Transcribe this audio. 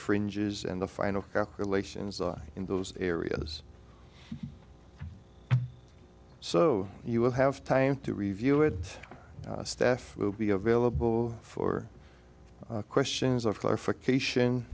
fringes and the final calculations are in those areas so you will have time to review it staff will be available for questions of clarification